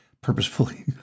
purposefully